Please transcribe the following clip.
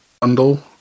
bundle